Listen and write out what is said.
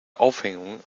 aufhängung